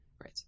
Right